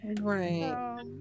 Right